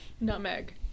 Nutmeg